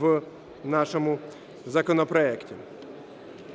в нашому законопроекті.